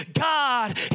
God